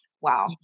Wow